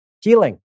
Healing